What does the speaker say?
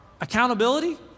accountability